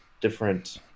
different